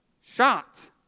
shot